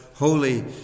holy